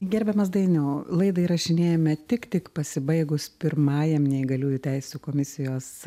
gerbiamas dainiau laidą įrašinėjame tik tik pasibaigus pirmajam neįgaliųjų teisių komisijos